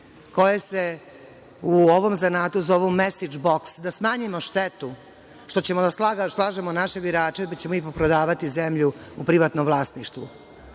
koje se u ovom zanatu zovu mesidž boks, da smanjimo štetu što ćemo da slažemo naše birače, pa ćemo ipak prodavati zemlju u privatnom vlasništvu,